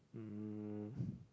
um